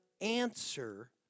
answer